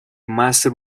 master